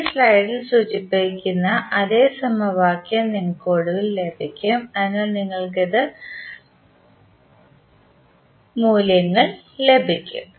ഈ സ്ലൈഡിൽ സൂചിപ്പിച്ചിരിക്കുന്ന അതേ സമവാക്യം നിങ്ങൾക്ക് ഒടുവിൽ ലഭിക്കും അതിനാൽ നിങ്ങൾക്ക് ഈ മൂല്യങ്ങൾ ലഭിക്കും